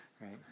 right